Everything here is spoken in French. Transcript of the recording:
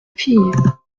fille